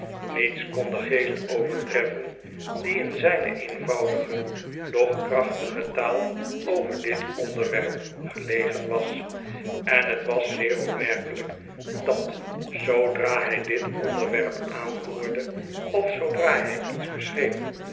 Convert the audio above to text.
niets kon den geest overtreffen die in zijne eenvoudige doch krachtige taal over dit onderwerp gelegen was en t was zeer opmerkelijk dat zoodra hij dit onderwerp aanroerde of zoodra hij iets beschreef